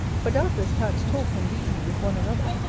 for doubtless cats talk and reason with one another,